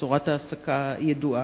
צורת העסקה ידועה